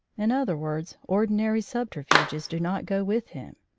in other words, ordinary subterfuges do not go with him.